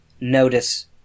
notice